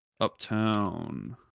Uptown